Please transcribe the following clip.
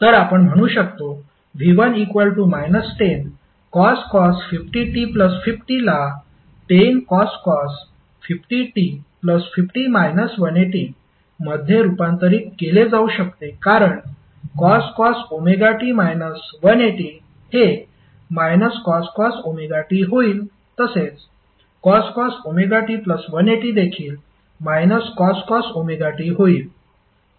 तर आपण म्हणू शकतो v1 10cos 50t50 ला 10cos 50t50 180 मध्ये रूपांतरित केले जाऊ शकते कारण cos ωt 180 हे cos ωt होईल तसेच cos ωt180 देखील cos ωt होईल